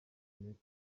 iminsi